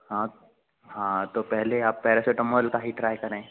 हाँ हाँ तो पहले आप पेरासिटामोल का ही ट्राई करें